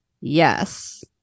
yes